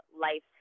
life